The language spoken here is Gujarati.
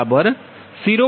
2916 0